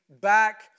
back